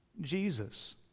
Jesus